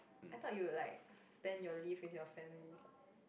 I thought you will like spend your leave with your family